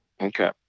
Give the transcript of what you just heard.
okay